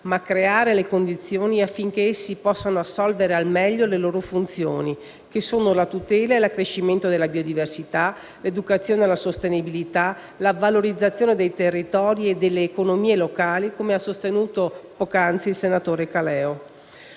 ma creare le condizioni affinché essi possano assolvere al meglio alle loro funzioni, che sono la tutela e l'accrescimento della biodiversità; l'educazione alla sostenibilità, la valorizzazione dei territori e delle economie locali, come ha sostenuto poc'anzi il senatore Caleo.